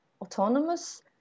autonomous